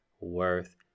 worth